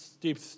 deep